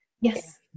yes